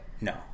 No